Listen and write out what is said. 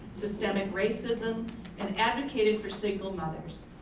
systemic racism and advocated for single mothers.